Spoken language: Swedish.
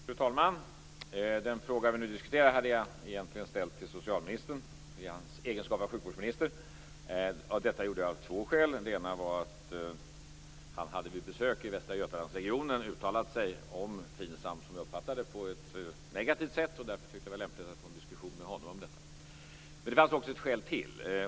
Fru talman! Den fråga vi nu diskuterar hade jag egentligen ställt till socialministern i hans egenskap av sjukvårdsminister. Detta gjorde jag av två skäl. Det ena var att han vid ett besök i Västra Götalandsregionen hade uttalat sig om FINSAM på ett som jag uppfattade det negativt sätt. Därför tyckte jag att det var lämpligt att få en diskussion med honom om detta. Men det fanns också ett skäl till.